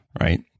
right